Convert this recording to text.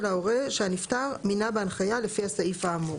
ההורה שהנפטר מינה בהנחיה לפי הסעיף האמור.